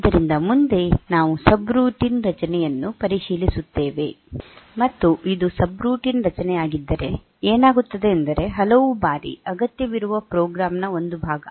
ಆದ್ದರಿಂದ ಮುಂದೆ ನಾವು ಸಬ್ರುಟೀನ್ ರಚನೆಯನ್ನು ಪರಿಶೀಲಿಸುತ್ತೇವೆ ಮತ್ತು ಇದು ಸಬ್ರುಟೀನ್ ರಚನೆಯಾಗಿದ್ದರೆ ಏನಾಗುತ್ತದೆ ಎಂದರೆ ಇದು ಹಲವಾರು ಬಾರಿ ಅಗತ್ಯವಿರುವ ಪ್ರೋಗ್ರಾಂ ನ ಒಂದು ಭಾಗ